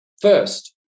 First